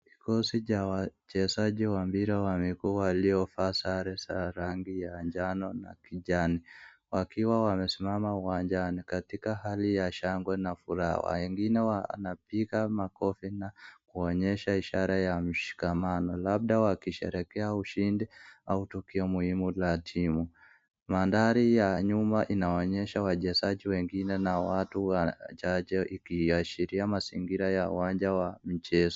Kikosi cha wachezaji wa mpira wamekuwa waliovaa sare za rangi ya njano na kijani, wakiwa wamesimama uwanjani katika hali ya shangwe na furaha. Wengine wanapiga makofi na kuonyesha ishara ya mshikamano, labda wakisherehekea ushindi au tukio muhimu wa timu. Mandhari ya nyuma inonyesha wachezaji wengine na watu wachache ikiashiria mazingira ya uwanja wa mchezo.